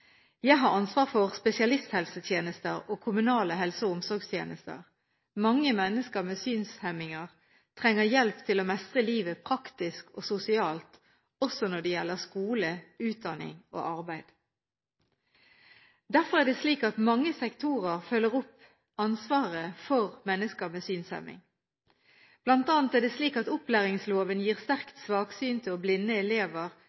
Jeg har ansvar for spesialisthelsetjenester og kommunale helse- og omsorgstjenester. Mange mennesker med synshemninger trenger hjelp til å mestre livet praktisk og sosialt, også når det gjelder skole, utdanning og arbeid. Derfor er det mange sektorer som følger opp ansvaret for mennesker med synshemning. Blant annet er det slik at opplæringsloven gir sterkt svaksynte og blinde elever